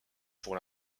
pour